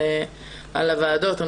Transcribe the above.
על הוועדות.